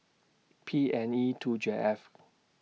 P N E two J F